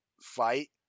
fight